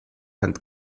hand